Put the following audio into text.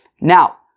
Now